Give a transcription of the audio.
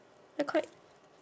I quite